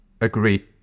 agree